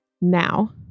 now